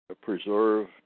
preserve